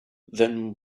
then